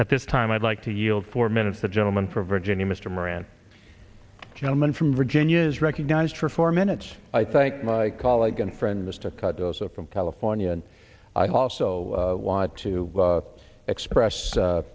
at this time i'd like to yield four minutes the gentleman from virginia mr moran gentleman from virginia is recognized for four minutes i thank my colleague and friend mr cut also from california and i also want to express